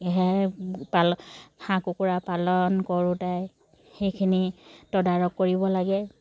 হাঁহ কুকুৰা পালন কৰোঁতে সেইখিনি তদাৰক কৰিব লাগে